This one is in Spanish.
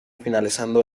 finalizando